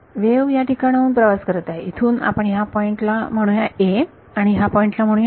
wave या ठिकाणाहून प्रवास करत आहे इथून आपण या पॉइंट ला म्हणू या 'a' आणि ह्या पॉइंट ला म्हणूया 'b'